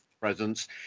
presence